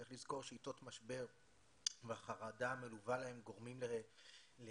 צריך לזכור שעתות משבר והחרדה המלווה להם גורמים להתכווץ,